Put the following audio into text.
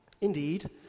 Indeed